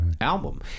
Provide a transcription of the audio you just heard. album